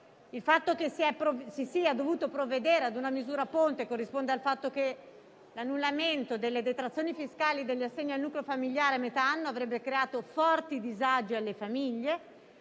impegno. L'aver dovuto provvedere a una misura ponte corrisponde al fatto che l'annullamento delle detrazioni fiscali e degli assegni al nucleo familiare a metà anno avrebbe creato forti disagi alle famiglie.